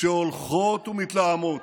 שהולכות ומתלהמות.